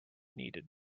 needed